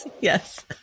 Yes